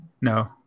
No